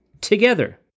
together